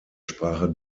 sprache